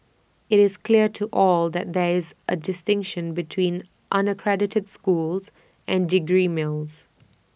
IT is clear to all that there is A distinction between unaccredited schools and degree mills